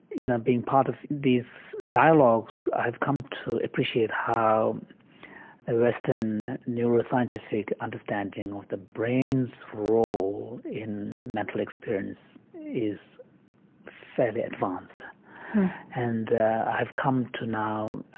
you know, being part of these dialogues, i've come to appreciate how the western neuroscientific understanding of the brain's role in mental experience is fairly advanced and i have come to now,